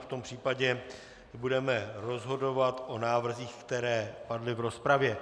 V tom případě budeme rozhodovat o návrzích, které padly v rozpravě.